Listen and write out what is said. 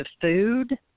food